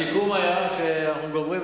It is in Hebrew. הסיכום היה שאנחנו גומרים,